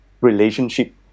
relationship